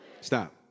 Stop